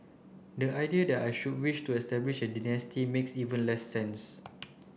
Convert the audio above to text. the idea that I should wish to establish a dynasty makes even less sense